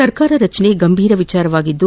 ಸರ್ಕಾರ ರಚನೆ ಗಂಭೀರ ವಿಷಯವಾಗಿದ್ದು